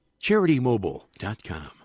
CharityMobile.com